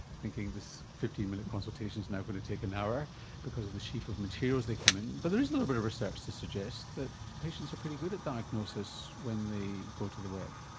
thinking this fifteen minute consultation is now going to take an hour because of the sheaf of materials they come in with. but there is a little bit of research to suggest that patients are pretty good at diagnosis when they go to the web.